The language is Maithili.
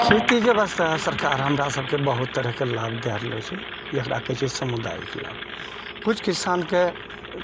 खेतीके वास्ते सरकार हमरा सभके बहुत तरहके लाभ दै रहलऽ छै जकरा कहै छै सामुदायिक लाभ किछु किसानके